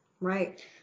Right